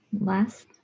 last